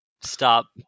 Stop